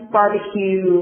Barbecue